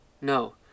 No